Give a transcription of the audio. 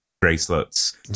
bracelets